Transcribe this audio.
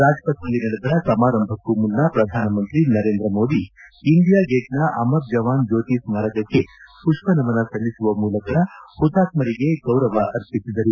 ರಾಜ್ಪಥ್ನಲ್ಲಿ ನಡೆದ ಸಮಾರಂಭಕ್ಕೂ ಮುನ್ನ ಪ್ರಧಾನಮಂತ್ರಿ ನರೇಂದ್ರ ಮೋದಿ ಇಂಡಿಯಾ ಗೇಟ್ನ ಅಮರ್ ಜವಾನ್ಜ್ಯೋತಿ ಸ್ಮಾರಕಕ್ಕೆ ಮಷ್ವ ನಮನ ಸಲ್ಲಿಸುವ ಮೂಲಕ ಪುತಾತ್ಕರಿಗೆ ಗೌರವ ಅರ್ಪಿಸಿದರು